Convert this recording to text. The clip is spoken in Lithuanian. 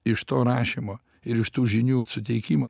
iš to rašymo ir iš tų žinių suteikimo